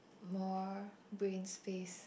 more brain space